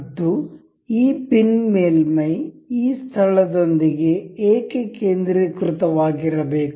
ಮತ್ತು ಈ ಪಿನ್ ಮೇಲ್ಮೈ ಈ ಸ್ಥಳದೊಂದಿಗೆ ಏಕಕೇಂದ್ರೀಕೃತ ವಾಗಿರಬೇಕು